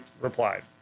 replied